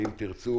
ואם תרצו